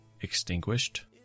extinguished